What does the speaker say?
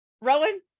Rowan